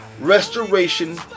restoration